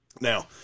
Now